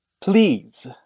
please